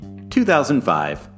2005